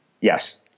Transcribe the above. Yes